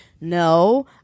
no